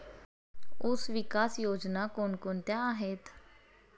ऊसविकास योजना कोण कोणत्या आहेत?